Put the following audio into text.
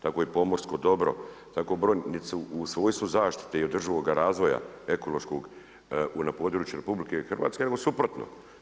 Tako i pomorsko dobro, tako broj niti su u svojstvu zaštite i održivoga razvoja ekološkog na području RH nego suprotno.